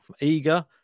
eager